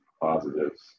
positives